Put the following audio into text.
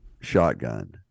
shotgun